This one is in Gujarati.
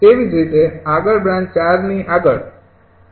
તેવી જ રીતે આગળ બ્રાન્ચ ૪ ની આગળ